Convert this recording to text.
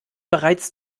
bereits